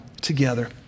together